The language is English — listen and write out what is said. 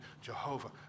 Jehovah